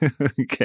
Okay